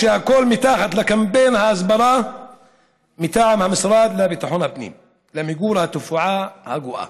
הכול תחת קמפיין הסברה מטעם המשרד לביטחון פנים למיגור התופעה הגואה.